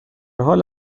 حال